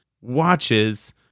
watches